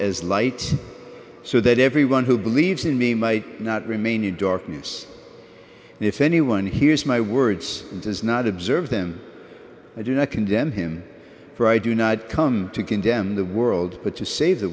as light so that everyone who believes in me might not remain in darkness if anyone hears my words and does not observe them i do not condemn him for i do not come to condemn the world but to save the